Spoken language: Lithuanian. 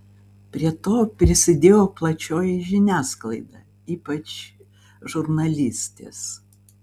prie to prisidėjo plačioji žiniasklaida ypač žurnalistės